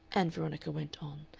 ann veronica went on,